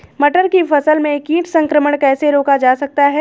मटर की फसल में कीट संक्रमण कैसे रोका जा सकता है?